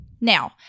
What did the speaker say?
Now